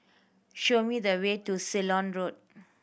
show me the way to Ceylon Road